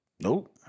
Nope